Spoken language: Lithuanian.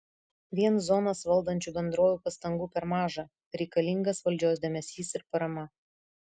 vien zonas valdančių bendrovių pastangų per maža reikalingas valdžios dėmesys ir parama